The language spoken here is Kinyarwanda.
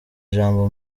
ijambo